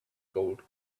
gold